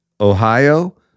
Ohio